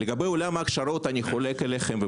לגבי עולם ההכשרות, אני חולק עליכם.